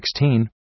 16